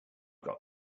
got